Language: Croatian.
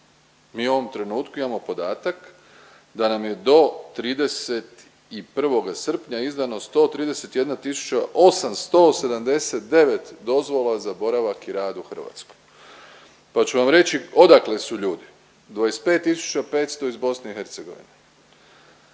Mi u ovom trenutku imamo podatak da nam je do 31. srpnja izdano 131.879 dozvola za boravak i rad u Hrvatskoj. Pa ću vam reći odakle su ljudi, 25.500 iz BIH,